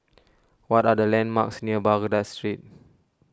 what are the landmarks near Baghdad Street